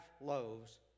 loaves